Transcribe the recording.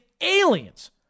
aliens